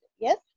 yes